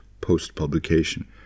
post-publication